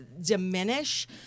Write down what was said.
diminish